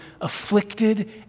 afflicted